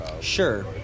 Sure